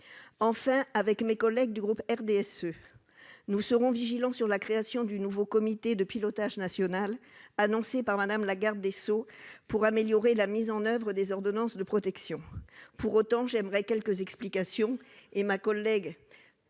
Enfin, mes collègues du groupe RDSE et moi-même serons vigilants sur la création du nouveau comité de pilotage national annoncé par Mme la garde des sceaux pour améliorer la mise en oeuvre des ordonnances de protection. Pour autant, j'aimerais obtenir quelques explications. La collègue